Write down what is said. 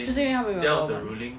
就是因为他们没有 government